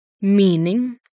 Meaning